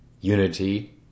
unity